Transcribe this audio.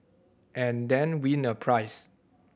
and then win a prize